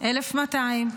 1,200,